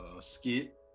Skit